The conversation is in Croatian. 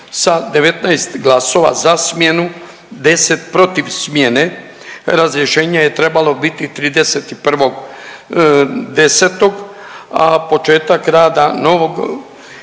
sa 19 glasova za smjenu, 10 protiv smjene razrješenje je trebalo biti 31.10., a početak rada novog